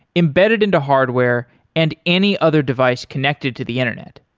embedded into hardware and any other device connected to the internet.